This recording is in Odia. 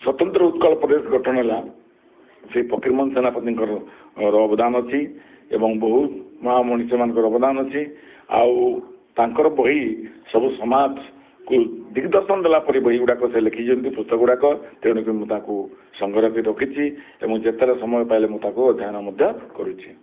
ସ୍ୱତନ୍ତ୍ର ଉତ୍କଳ ପ୍ରଦେଶ ଗଠନ ହେଲା ସେଇ ଫକୀରମୋହନ ସେନାପତିଙ୍କର ର ଅବଦାନ ଅଛି ଏବଂ ବହୁତ ମହାମଣିଷ ମାନଙ୍କର ଅବଦାନ ଅଛି ଆଉ ତାଙ୍କର ବହି ସବୁ ସମାଜ କୁ ଦିଗଦର୍ଶନ ଦେଲାପରି ବହି ଗୁଡ଼ାକ ସେ ଲେଖିଛନ୍ତି ପୃଥକ ଗୁଡ଼ାକ ତେଣୁ ତାଙ୍କୁ ସଂଗ୍ରହ କରି ରଖିଛି ଏବଂ ଯେତେବେଳେ ସମୟ ପାଇଲେ ମୁଁ ତାକୁ ଅଧୟନ ମଧ୍ୟ କରୁଛି